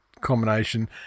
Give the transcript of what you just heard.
combination